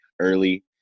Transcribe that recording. early